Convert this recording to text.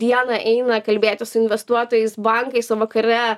dieną eina kalbėtis su investuotojais bankais o vakare